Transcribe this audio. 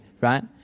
right